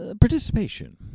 participation